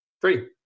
Three